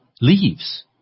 leaves